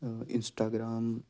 Instagram